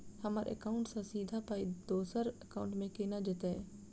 हम्मर एकाउन्ट सँ सीधा पाई दोसर एकाउंट मे केना जेतय?